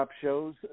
shows